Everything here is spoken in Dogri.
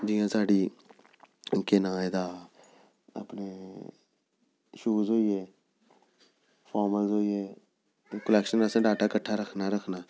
जि'यां साढ़ी केह् नांऽ एह्दा अपने शूज़ होइये फार्मल्स होइये कलेक्शन आस्तै डाटा कट्ठा रक्खना गै रक्खना